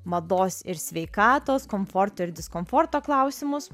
mados ir sveikatos komforto ir diskomforto klausimus